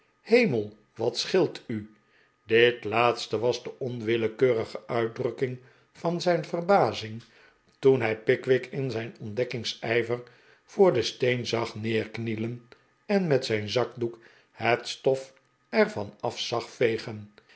hemel wat scheelt u dit laatste was de onwillekeurige uitdrukking van zijn verbazing toen hij pickwick in zijn ontdekkingsijver voor den steen zag neerknielen en met zijn zakdbek het stof ervan af zag vegen